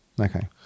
okay